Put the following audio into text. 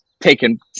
taken